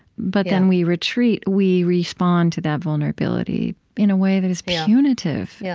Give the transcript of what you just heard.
but then we retreat. we respond to that vulnerability in a way that is punitive yeah